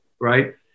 right